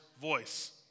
voice